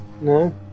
No